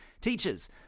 Teachers